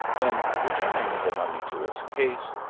then returning the mummy to its case,